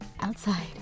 outside